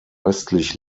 östlich